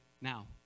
Now